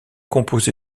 composé